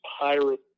pirate